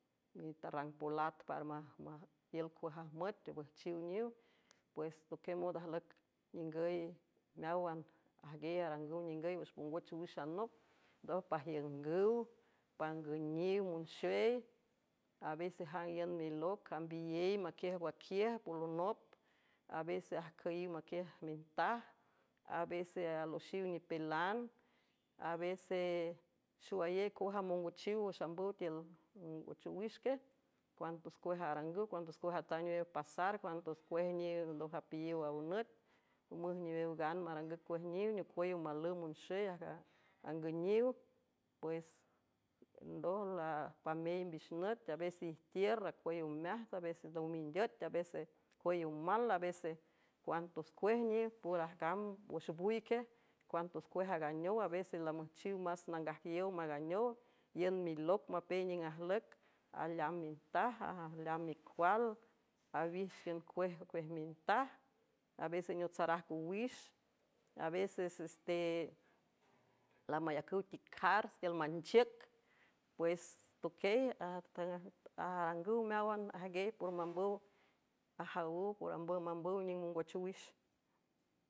Nitarrang polat para tiül cuajajmüt ebüjchiw niw pues toquiey mond ajlüc ningüy meáwan ajguiey arangüw ningüy wüx pongüch owix anop ndoj pajiüngüw pangüniw monxey avesejaing iün miloc ambiyey maquiej waquiüj polonop avese ajcüyiw maquiej mintaj avese aloxiw nipilan avese xowayey coja mongochiw wüx ambüw tiül mngoch owix que cuantos cuej arangüw cuantos cuej atánwew pasar cuantos cuej niw doj apayiw aw nüt müj niwew gan marangüw cuejniw necuüy omalüw monxey angüniw pues ndoj lapamey mbix nüt avese ijtiür acuey omeajts aveces lamindüt teavese cuey omal avese cuantos cuej niw por agamb wüx buique cuantos cuej aaganeow aveces lamüjchiw más nangajyow maaganeow iün miloc mapey niüng ajlüc aleam mintaj leaam micual awíxqian cuej ocuej mintaj aveseneotsarajc owix avesess telamayacüw ticcars tiül manchiüc pues toquiey arangüw meáwan ajguiey por mambüw ajawüw por ambüw mambüw niüng mongoch owix.